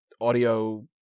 audio